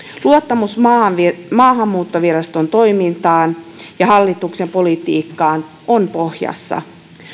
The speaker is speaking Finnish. luottamus maahanmuuttoviraston toimintaan ja hallituksen politiikkaan on pohjassa